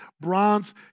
bronze